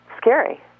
scary